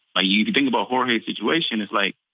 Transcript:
ah you think about jorge's situation, it's like,